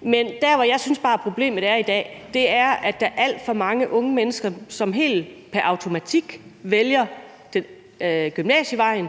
Men der, hvor jeg bare synes problemet er i dag, er, at der er alt for mange unge mennesker, som helt pr. automatik vælger gymnasievejen,